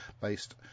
based